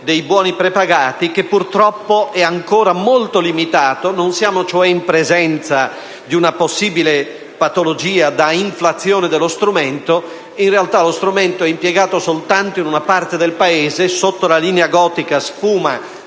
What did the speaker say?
dei buoni prepagati che, purtroppo, è ancora molto limitato. Non siamo, cioè, in presenza di una possibile patologia da inflazione dello strumento, che è in realtà impiegato soltanto in una parte del Paese: sotto la "linea gotica" sfuma,